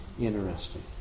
interesting